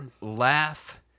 Laugh